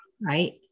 right